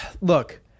look